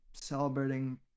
celebrating